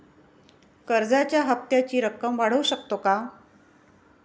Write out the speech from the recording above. कर्जाच्या हप्त्याची रक्कम वाढवू शकतो का?